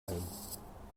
ein